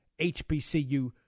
HBCU